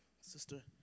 Sister